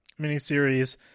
miniseries